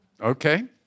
Okay